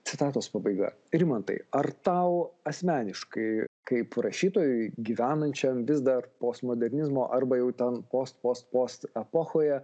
citatos pabaiga rimantai ar tau asmeniškai kaip rašytojui gyvenančiam vis dar postmodernizmo arba jau ten post post post epochoje